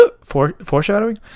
Foreshadowing